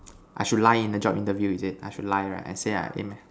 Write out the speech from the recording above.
I should lie in the job interview is it I should lie right and say I